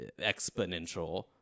exponential